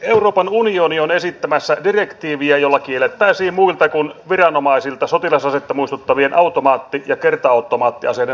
euroopan unioni on esittämässä direktiiviä jolla kiellettäisiin muilta kuin viranomaisilta sotilasasetta muistuttavien automaatti ja kerta automaattiaseiden hallussapito